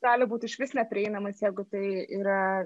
gali būt išvis neprieinamas jeigu tai yra